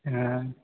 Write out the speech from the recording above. હા